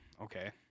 okay